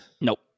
Nope